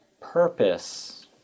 purpose